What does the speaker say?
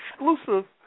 exclusive